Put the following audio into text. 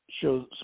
shows